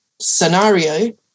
scenario